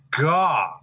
God